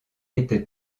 était